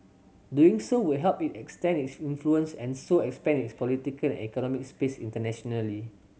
doing so would help it extend its influence and so expand its political and economic space internationally